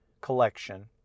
collection